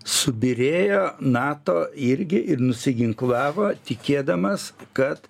subyrėjo nato irgi ir nusiginklavo tikėdamas kad